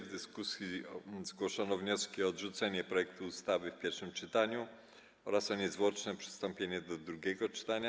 W dyskusji zgłoszono wnioski o odrzucenie projektu ustawy w pierwszym czytaniu oraz o niezwłoczne przystąpienie do drugiego czytania.